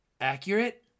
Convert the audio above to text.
accurate